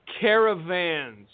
caravans